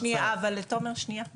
רק שנייה אבל, תומר שנייה בבקשה.